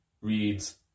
reads